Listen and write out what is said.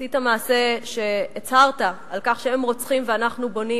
עשית מעשה כשהצהרת על כך שהם רוצחים ואנחנו בונים.